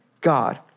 God